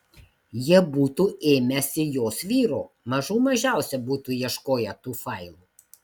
jie būtų ėmęsi jos vyro mažų mažiausia būtų ieškoję tų failų